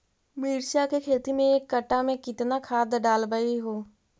मिरचा के खेती मे एक कटा मे कितना खाद ढालबय हू?